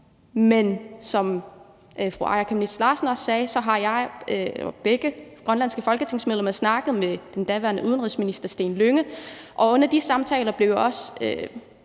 men som fru Aaja Chemnitz Larsen også sagde, så har jeg – og begge grønlandske folketingsmedlemmer – snakket med den daværende udenrigsminister Steen Lynge, og under de samtaler blev det